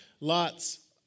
lots